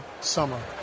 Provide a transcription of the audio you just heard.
summer